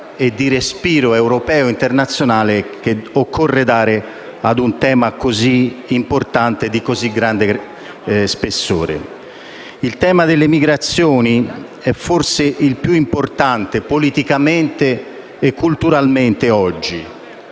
Il tema delle migrazioni è oggi forse il più importante politicamente e culturalmente,